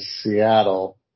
Seattle